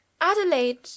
Adelaide